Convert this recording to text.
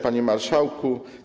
Panie Marszałku!